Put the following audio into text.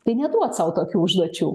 tai neduot sau tokių užduočių